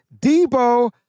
Debo